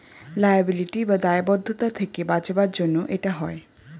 liability বা দায়বদ্ধতা থেকে বাঁচাবার জন্য এটা হয়